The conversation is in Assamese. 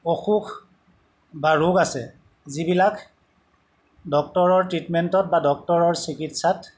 অসুখ বা ৰোগ আছে যিবিলাক ডক্টৰৰ ট্ৰিটমেণ্টত বা ডক্টৰৰ চিকিৎসাত